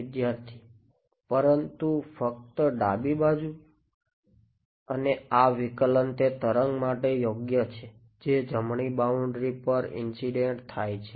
વિદ્યાર્થી પરંતુ ફક્ત ડાબી બાજુ અને આ વિકલન તે તરંગ માટે યોગ્ય છે જે જમણી બાઉન્ડ્રી પર ઇન્સીડેંટ થાય છે